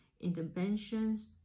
Interventions